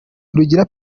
rugira